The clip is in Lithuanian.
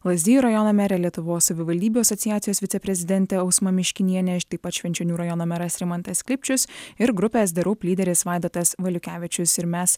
lazdijų rajono merė lietuvos savivaldybių asociacijos viceprezidentė ausma miškinienė taip pat švenčionių rajono meras rimantas klipčius ir grupės the roop lyderis vaidotas valiukevičius ir mes